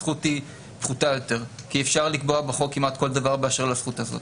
הזכות היא פחותה יותר כי אפשר לקבוע בחוק כמעט כל דבר באשר לזכות הזאת.